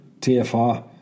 TFR